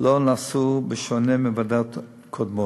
לא נעשה בשונה ממינוי ועדות קודמות,